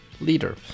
leader